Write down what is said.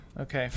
okay